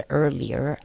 earlier